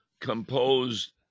composed